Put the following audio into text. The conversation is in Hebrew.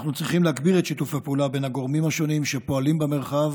אנחנו צריכים להגביר את שיתוף הפעולה בין הגורמים השונים שפועלים במרחב.